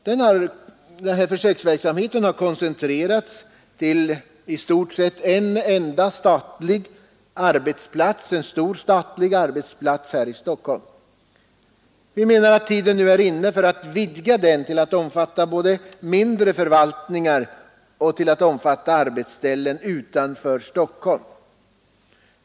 Denna försöksverksamhet har koncentrerats till i stort sett en enda stor statlig arbetsplats här i Stockholm. Vi anser att tiden nu är inne att vidga verksamheten till att omfatta även mindre förvaltningar och arbetsställen utanför Stockholm.